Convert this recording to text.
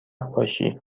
باشی